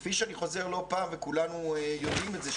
כפי שאני חוזר ואומר לא פעם וכולנו יודעים את זה,